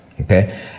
okay